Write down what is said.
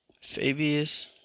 Fabius